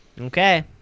Okay